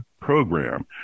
program